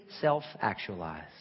self-actualized